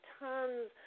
tons